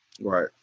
Right